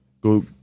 Go